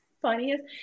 funniest